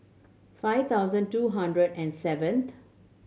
five thousand two hundred and seventh